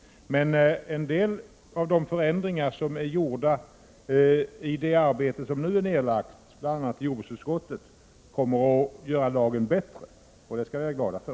Men en del av de förändringar som har gjorts genom det arbete jordbruksutskottet har lagt ner på ärendet kommer att göra lagen bättre. Och det skall vi vara glada för.